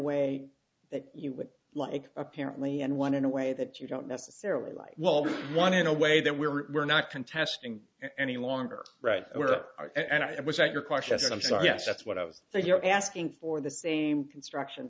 way that you would like apparently and one in a way that you don't necessarily like one in a way that we were not contesting any longer right and i was like your question i'm sorry yes that's what i was so you're asking for the same construction